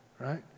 right